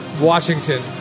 Washington